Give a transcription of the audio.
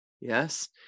Yes